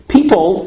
People